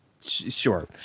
Sure